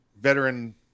veteran